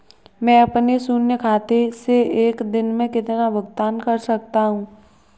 मैं अपने शून्य खाते से एक दिन में कितना भुगतान कर सकता हूँ?